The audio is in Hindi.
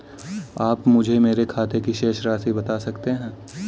आप मुझे मेरे खाते की शेष राशि बता सकते हैं?